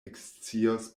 ekscios